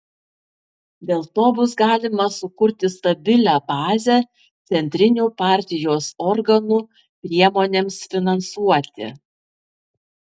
dėl to bus galima sukurti stabilią bazę centrinių partijos organų priemonėms finansuoti